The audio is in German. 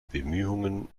bemühungen